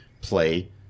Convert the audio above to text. play